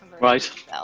right